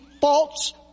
false